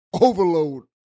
overload